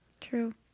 true